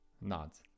Nods